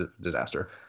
disaster